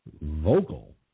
vocal